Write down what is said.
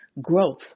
growth